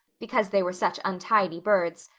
because they were such untidy birds.